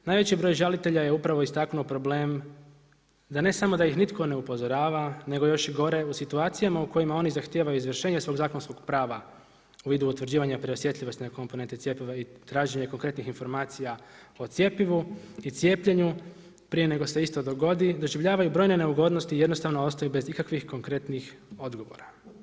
Najveći broj žalitelja je upravo istaknuo problem da ne samo da ih nitko ne upozorava, nego još i gore, u situacijama u kojima oni zahtijevaju izvršenje svog zakonskog prava u vidu utvrđivanja preosjetljivosne komponente cjepiva i traženje konkretnih informacija o cjepivu i cijepljenju, prije nego se isto dogodi, doživljavaju brojne neugodnosti, jednostavno ostaju bez ikakvih konkretnih odgovora.